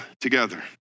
together